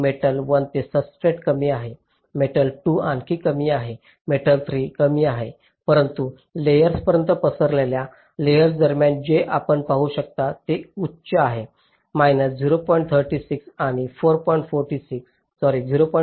058 metal 1 ते substrate कमी आहे मेटल 2 आणखी कमी आहे मेटल 3 कमी आहे परंतु लेयर्सापर्यंत पसरलेल्या लेयर्सांदरम्यान ते आपण पाहू शकता इतके उच्च आहे 0